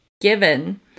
given